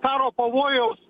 karo pavojaus